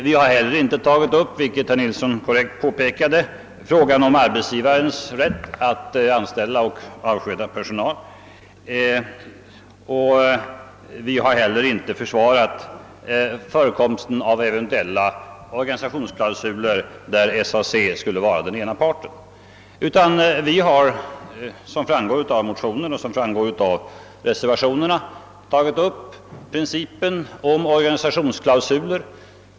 Vi har inte heller, vilket herr Nilsson i Kalmar också påpekade, ifrågasatt arbetsgivarens rätt att anställa och avskeda personal och vi har inte försvarat förekomsten av eventuella organisationsklausuler där SAC skulle vara den ena parten. Vi har däremot som framgår av motionen och av reservationerna vänt oss emot principen om organisationsklausuler.